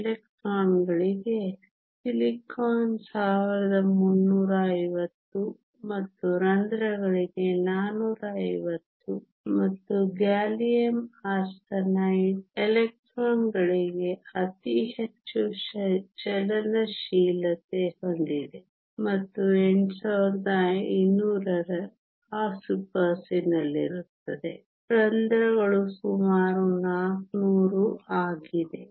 ಎಲೆಕ್ಟ್ರಾನ್ಗಳಿಗೆ silicon 1350 ಮತ್ತು ರಂಧ್ರಗಳಿಗೆ 450 ಮತ್ತು ಗ್ಯಾಲಿಯಂ ಆರ್ಸೆನೈಡ್ ಎಲೆಕ್ಟ್ರಾನ್ಗಳಿಗೆ ಅತಿ ಹೆಚ್ಚು ಚಲನಶೀಲತೆ ಹೊಂದಿದೆ ಇದು 8500 ರ ಆಸುಪಾಸಿನಲ್ಲಿರುತ್ತದೆ ರಂಧ್ರಗಳು ಸುಮಾರು 400 ಆಗಿದೆ